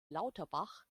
lauterbach